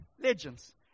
legends